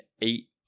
eight